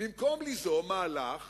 מהלך